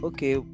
Okay